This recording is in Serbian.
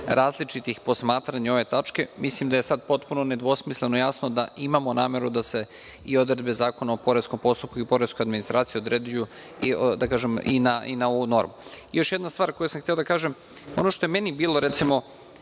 različitih posmatranja ove tačke, mislim da je sada nedvosmisleno jasno da imamo nameru da se i odredbe Zakona o poreskom postupku i poreskoj administraciji odnose i na ovu normu. Još jednu stvar sam hteo da kažem. Ono što je meni bilo, recimo,